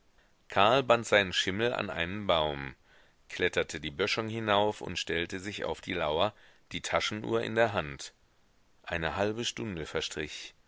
karl band seinen schimmel an einen baum kletterte die böschung hinauf und stellt sich auf die lauer die taschenuhr in der hand eine halbe stunde verstrich